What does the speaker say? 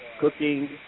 cooking